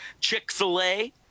chick-fil-a